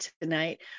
tonight